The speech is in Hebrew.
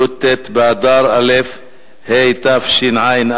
י"ט באדר א' התשע"א,